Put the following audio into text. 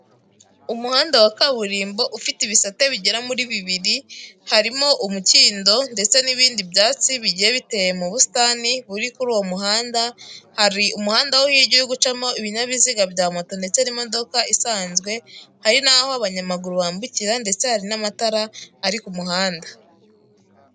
Umuhanda wa kaburimbo ufite ibisate bigera muri bibiri, harimo umukindo ndetse n'ibindi byatsi bigiye biteye mu busitani buri kuri uwo muhanda, hari umuhanda wo hirya uri gucamo ibinyabiziga bya moto ndetse n'imodoka isanzwe, hari n'aho abanyamaguru bambukira, ndetse hari n'amatara ari ku muhanda.